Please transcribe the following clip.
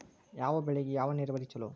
ಯಾವ ಬೆಳಿಗೆ ಯಾವ ನೇರಾವರಿ ಛಲೋ?